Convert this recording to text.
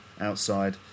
outside